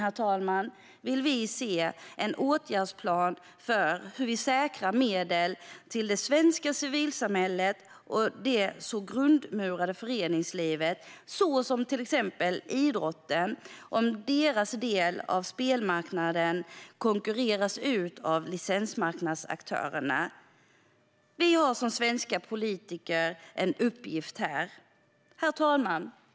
Slutligen vill vi se en åtgärdsplan för hur det säkras medel till det svenska civilsamhället och det så grundmurade föreningslivet, till exempel idrotten, om deras del av spelmarknaden konkurreras ut av licensmarknadsaktörerna. Vi som svenska politiker har en uppgift här. Herr talman!